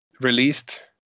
released